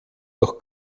doch